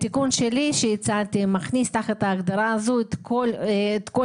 התיקון שהצעתי מכניס תחת ההגדרה הזאת את כל העובדים,